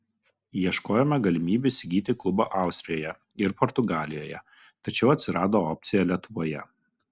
ieškojome galimybių įsigyti klubą austrijoje ir portugalijoje tačiau atsirado opcija lietuvoje